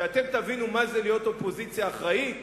כשאתם תבינו מה זה להיות אופוזיציה אחראית,